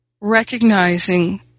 recognizing